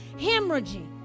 hemorrhaging